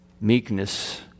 meekness